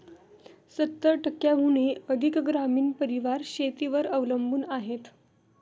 सत्तर टक्क्यांहून अधिक ग्रामीण परिवार शेतीवर अवलंबून आहेत